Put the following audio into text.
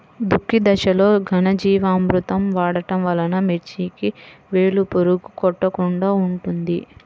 దుక్కి దశలో ఘనజీవామృతం వాడటం వలన మిర్చికి వేలు పురుగు కొట్టకుండా ఉంటుంది?